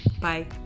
Bye